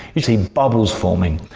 we see bubbles forming,